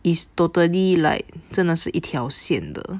is totally like 真的是一条线得